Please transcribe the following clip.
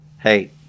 hey